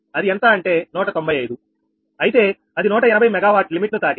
అది ఎంత అంటే 195 అయితే అది 180 MW లిమిట్ ను తాకింది